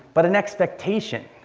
but an expectation,